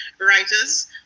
writers